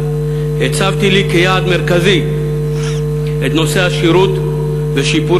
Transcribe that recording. הצבתי לי כיעד מרכזי את נושא השירות ושיפור